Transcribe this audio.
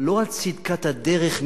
לא על צדקת הדרך,